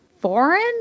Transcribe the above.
foreign